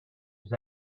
was